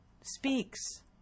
speaks